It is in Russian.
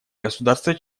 государства